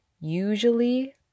Usually